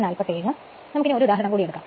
നമുക്ക് ഒരു ഉദാഹരണം എടുക്കാം